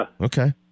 Okay